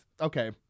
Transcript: okay